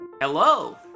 hello